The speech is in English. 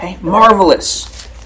Marvelous